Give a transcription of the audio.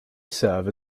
serve